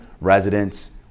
residents